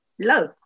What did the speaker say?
low